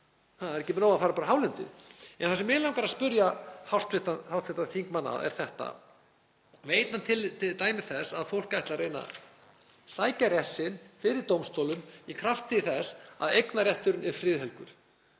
Það er ekki nóg að fara bara á hálendið. Það sem mig langar að spyrja hv. þingmann að er þetta: Veit hann dæmi þess að fólk ætli að reyna að sækja rétt sinn fyrir dómstólum í krafti þess að eignarrétturinn er friðhelgur?